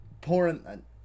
pouring